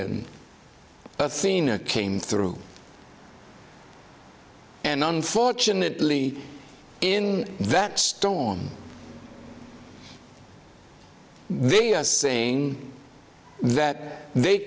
athena came through and unfortunately in that storm they are saying that they